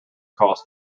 cost